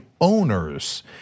owners